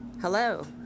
Hello